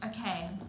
Okay